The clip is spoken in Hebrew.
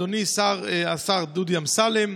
לאדוני השר דודי אמסלם,